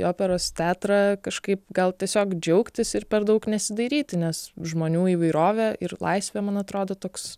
į operos teatrą kažkaip gal tiesiog džiaugtis ir per daug nesidairyti nes žmonių įvairovė ir laisvė man atrodo toks